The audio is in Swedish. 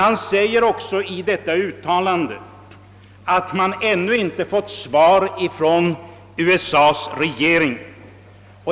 Han sade emellertid i sitt uttalande, att man ännu inte fått svar från USA:s regering.